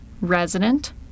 resident